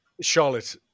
Charlotte